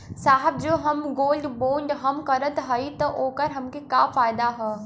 साहब जो हम गोल्ड बोंड हम करत हई त ओकर हमके का फायदा ह?